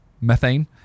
methane